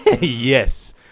Yes